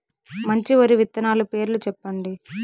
మంచి వరి విత్తనాలు పేర్లు చెప్పండి?